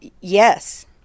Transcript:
Yes